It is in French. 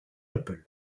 apple